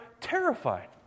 terrified